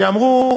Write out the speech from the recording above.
אמרו: